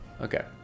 Okay